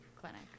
clinic